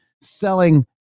selling